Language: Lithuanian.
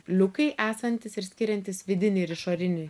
liukai esantys ir skiriantys vidinį ir išorinį